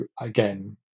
again